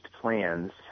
plans